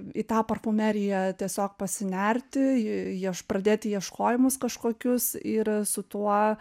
į tą parfumeriją tiesiog pasinerti ji ieš pradėti ieškojimus kažkokius yra su tuo